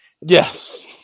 Yes